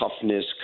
toughness